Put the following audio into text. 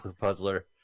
Puzzler